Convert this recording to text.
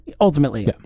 ultimately